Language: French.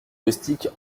rustiques